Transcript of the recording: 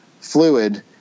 fluid